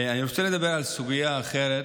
אני רוצה לדבר על סוגיה אחרת,